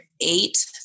eight